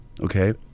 Okay